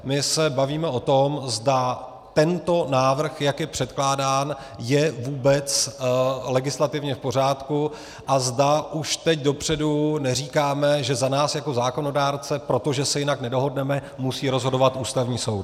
My se bavíme o tom, zda tento návrh, jak je předkládán, je vůbec legislativně v pořádku a zda už teď dopředu neříkáme, že za nás jako zákonodárce, protože se jinak nedohodneme, musí rozhodovat Ústavní soud.